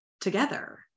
together